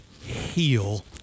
heal